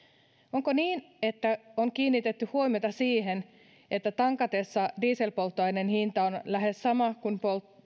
onko niin että on kiinnitetty huomiota siihen että tankatessa dieselpolttoaineen hinta on lähes sama kuin